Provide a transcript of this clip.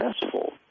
successful